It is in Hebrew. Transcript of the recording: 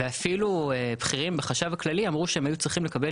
ואפילו בכירים בחשב הכללי אמרו שהם היו צריכים לקבל